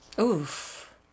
Oof